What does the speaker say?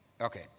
Okay